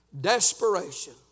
Desperation